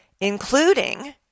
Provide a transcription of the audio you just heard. including